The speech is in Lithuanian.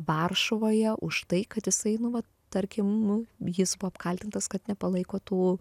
varšuvoje už tai kad jisai nu va tarkim jis buvo apkaltintas kad nepalaiko tų